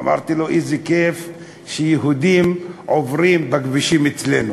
אמרתי לו: איזה כיף שיהודים עוברים בכבישים אצלנו.